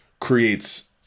creates